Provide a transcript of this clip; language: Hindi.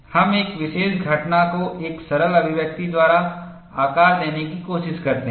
हम एक विशेष घटना को एक सरल अभिव्यक्ति द्वारा आकार देने की कोशिश करते हैं